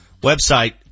website